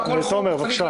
תומר, בבקשה.